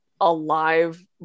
alive